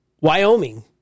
Wyoming